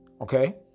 okay